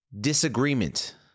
disagreement